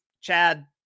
Chad